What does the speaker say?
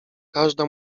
każda